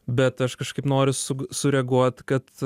bet aš kažkaip noriu su sureaguot kad